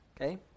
Okay